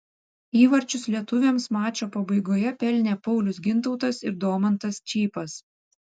įvarčius lietuviams mačo pabaigoje pelnė paulius gintautas ir domantas čypas